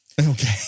okay